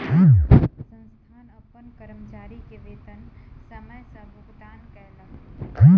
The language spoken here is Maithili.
संस्थान अपन कर्मचारी के वेतन समय सॅ भुगतान कयलक